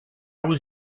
was